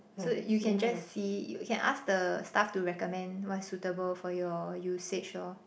so you can just see you can ask the staff to recommend what is suitable for your usage lor